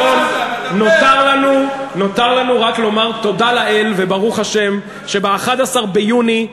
נותר לנו רק לומר תודה לאל וברוך השם שב-11 ביוני,